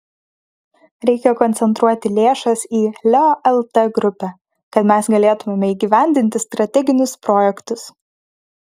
reikia koncentruoti lėšas į leo lt grupę kad mes galėtumėme įgyvendinti strateginius projektus